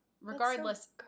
Regardless